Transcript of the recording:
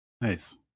nice